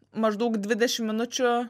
maždaug dvidešimt minučių